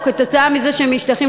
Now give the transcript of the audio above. או כתוצאה מזה שהם משתייכים